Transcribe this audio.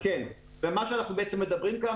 ומה שאנחנו בעצם מדברים כאן,